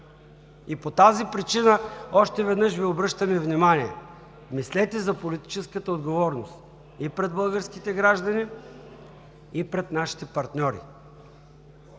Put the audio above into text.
По тази причина още веднъж Ви обръщаме внимание – мислете за политическата отговорност и пред българските граждани, и пред нашите партньори.